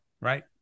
Right